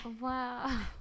wow